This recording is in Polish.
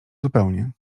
zupełnie